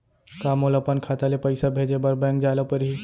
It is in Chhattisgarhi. का मोला अपन खाता ले पइसा भेजे बर बैंक जाय ल परही?